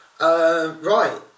Right